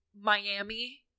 Miami